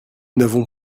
n’avons